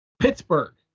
pittsburgh